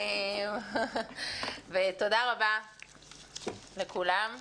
תודה רבה לכולם.